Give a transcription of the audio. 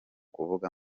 kuvuga